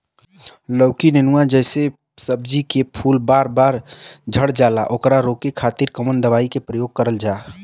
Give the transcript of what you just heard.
लौकी नेनुआ जैसे सब्जी के फूल बार बार झड़जाला ओकरा रोके खातीर कवन दवाई के प्रयोग करल जा?